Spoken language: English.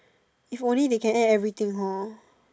if only they can add everything hor